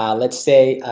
ah let's say,